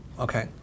Okay